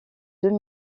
deux